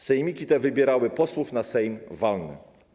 Sejmiki te wybierały posłów na sejm walny.